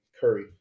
Curry